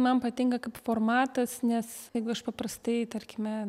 man patinka kaip formatas nes jeigu aš paprastai tarkime